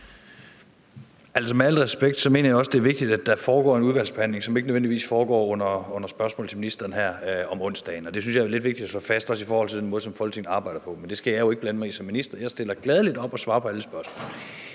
Med al respekt mener jeg også, det er vigtigt, at der foregår en udvalgsbehandling, som ikke nødvendigvis foregår i forbindelse med spørgsmålene til ministrene her om onsdagen, og det synes jeg jo er lidt vigtigt at slå fast, også i forhold til den måde, som Folketinget arbejder på. Men det skal jeg jo ikke blande mig i som minister. Jeg stiller gladelig op og svarer på alle spørgsmål.